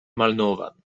malnovan